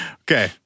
Okay